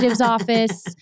office